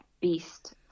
Beast